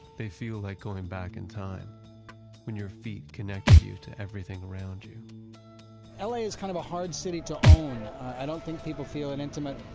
they feel like going back in time when your feet connected you to everything around you l a. is kind of a hard city to own. i don't think people feel an intimate,